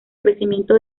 crecimiento